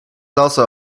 also